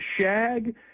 shag